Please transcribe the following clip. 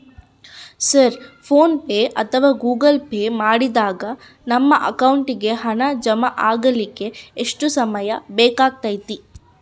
Sir PhonePe ಅಥವಾ Google Pay ಮಾಡಿದಾಗ ನಮ್ಮ ಅಕೌಂಟಿಗೆ ಹಣ ಜಮಾ ಆಗಲಿಕ್ಕೆ ಎಷ್ಟು ಸಮಯ ಬೇಕಾಗತೈತಿ?